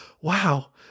wow